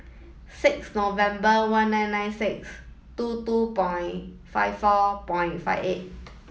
six November one nine nine six two two point five four point five eight